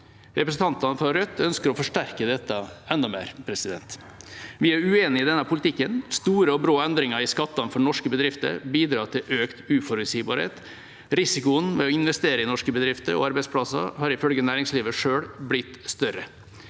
Representantene fra Rødt ønsker å forsterke dette enda mer. Vi er uenige i denne politikken. Store og brå endringer i skattene for norske bedrifter bidrar til økt uforutsigbarhet. Risikoen ved å investere i norske bedrifter og arbeidsplasser har ifølge næringslivet selv blitt større.